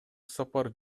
сапар